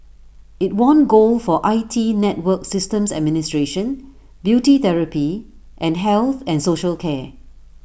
IT won gold for I T network systems administration beauty therapy and health and social care